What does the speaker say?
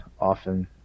often